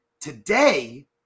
today